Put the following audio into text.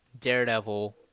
Daredevil